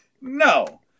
No